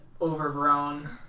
overgrown